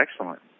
Excellent